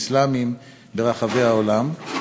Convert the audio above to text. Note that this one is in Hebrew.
אסלאמיים ברחבי העולם.